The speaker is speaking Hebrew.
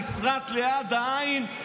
נשרט ליד העין,